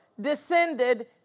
descended